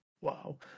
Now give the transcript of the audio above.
Wow